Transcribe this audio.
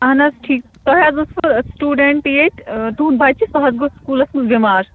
اَہَن حظ ٹھیٖک تۄہہِ حظ اوسوٕ سُٹوٗڈَنٛٹ ییٚتہِ تُہٕنٛد بَچہٕ سُہ حظ گوٚو سُکوٗلَس منٛز بٮ۪مار